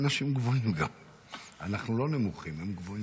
תודה, אדוני